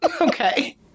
okay